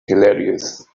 hilarious